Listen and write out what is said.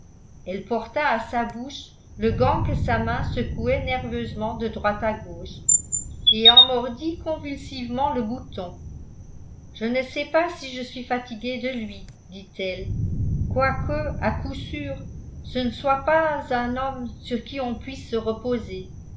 elle porta à sa bouche le gant que sa main secouait nerveusement de droite à gauche et en mordit convulsivement le bouton je ne sais pas si je suis fatiguée de lui dit elle quoique à coup sûr ce ne soit pas un homme sur qui on puisse se reposer mais